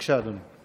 בבקשה, אדוני.